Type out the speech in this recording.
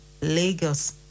Lagos